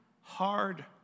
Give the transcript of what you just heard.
hard